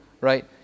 right